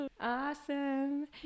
awesome